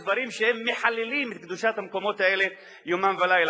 לדברים שהם מחללים את קדושת המקומות האלה יומם ולילה.